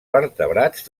vertebrats